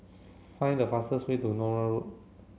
find the fastest way to Nallur Road